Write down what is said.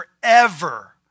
forever